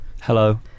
Hello